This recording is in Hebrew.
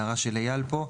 ההערה של אייל פה,